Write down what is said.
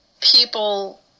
people